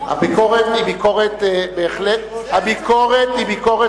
הביקורת היא ביקורת בהחלט ראויה,